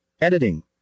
Editing